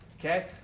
okay